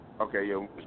Okay